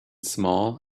small